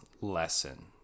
lesson